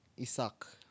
Isaac